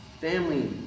family